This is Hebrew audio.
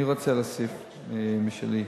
אני רוצה להוסיף משלי,